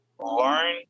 learn